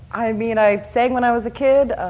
i mean, i sang when i was a kid,